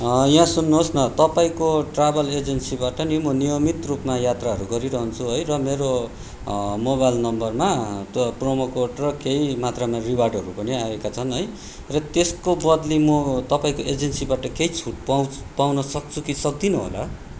यहाँ सुन्नुहोस् न तपाईँको ट्राभल एजेन्सीबाट नि म नियमित रूपमा यात्राहरू गरिरहन्छु है मेरो मोबाइल नम्बरमा त्यो प्रोमोकोड र केही मात्रामा रिवार्डहरू पनि आएका छन् है र त्यसको बदली म तपाईँको एजेन्सीबाट केही छुट पाउ पाउन सक्छु कि सक्दिनँ होला